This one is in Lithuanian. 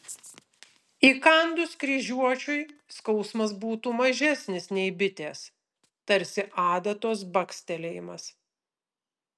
įkandus kryžiuočiui skausmas būtų mažesnis nei bitės tarsi adatos bakstelėjimas